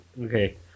Okay